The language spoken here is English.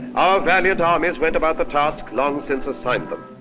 valiant armies went about the task long since assigned them.